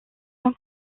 son